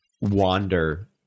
wander